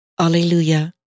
Alleluia